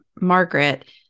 Margaret